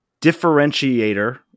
differentiator